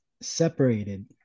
separated